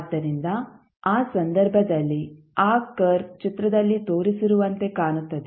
ಆದ್ದರಿಂದ ಆ ಸಂದರ್ಭದಲ್ಲಿ ಆ ಕರ್ವ್ ಚಿತ್ರದಲ್ಲಿ ತೋರಿಸಿರುವಂತೆ ಕಾಣುತ್ತದೆ